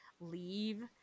leave